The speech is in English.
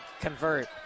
convert